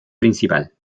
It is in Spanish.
principal